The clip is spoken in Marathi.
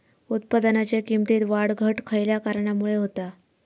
उत्पादनाच्या किमतीत वाढ घट खयल्या कारणामुळे होता?